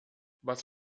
was